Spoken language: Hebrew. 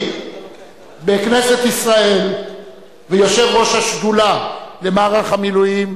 בכנסת ישראל ויושב-ראש השדולה למערך המילואים,